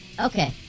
okay